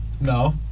No